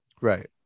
Right